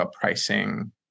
pricing